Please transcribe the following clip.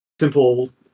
simple